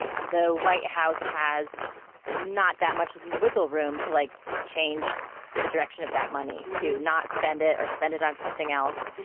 the white house has not that much wiggle room to like change the direction of that money, to not spend it or spend it on something else.